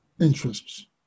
interests